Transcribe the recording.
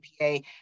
APA